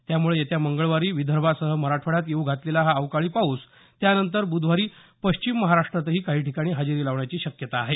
त्यामुळे येत्या मंगळवारी विदर्भासह मराठवाड्यात येऊ घातलेला हा अवकाळी पाऊस त्यानंतर बुधवारी पश्चिम महाराष्ट्रातही काही ठिकाणी हजेरी लावण्याची शक्यता आहे